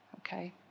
Okay